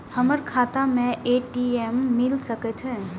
हमर खाता में ए.टी.एम मिल सके छै?